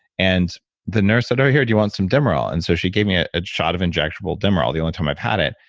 and the nurse said, oh here, do you want some demerol? and so she gave me a ah shot of injectable demerol, the only time i've had it,